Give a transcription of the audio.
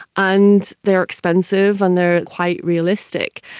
and they are expensive and they are quite realistic.